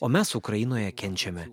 o mes ukrainoje kenčiame